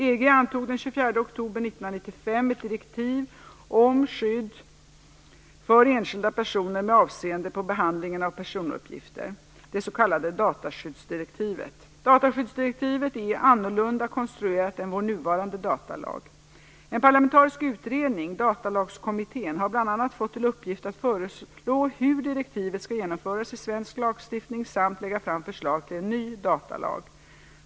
EG antog den 24 oktober 1995 ett direktiv om skydd för enskilda personer med avseende på behandlingen av personuppgifter , det s.k. dataskyddsdirektivet. Dataskyddsdirektivet är annorlunda konstruerat än vår nuvarande datalag. En parlamentarisk utredning, Datalagskommittén, har bl.a. fått till uppgift att föreslå hur direktivet skall genomföras i svensk lagstiftning samt lägga fram förslag till en ny datalag.